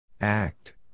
Act